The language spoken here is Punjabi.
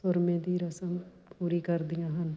ਸੁਰਮੇ ਦੀ ਰਸਮ ਪੂਰੀ ਕਰਦੀਆਂ ਹਨ